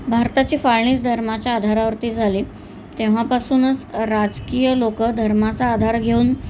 भारताची फाळणीच धर्माच्या आधारावरती झाली तेव्हापासूनच राजकीय लोकं धर्माचा आधार घेऊन